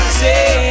say